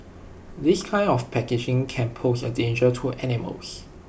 this kind of packaging can pose A danger to animals